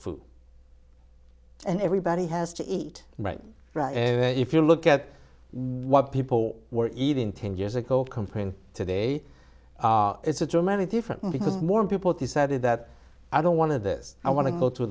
food and everybody has to eat right and if you look at what people were even ten years ago comparing today it's a dramatic difference because more people decided that i don't want to this i want to go to